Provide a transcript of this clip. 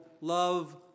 love